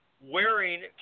Wearing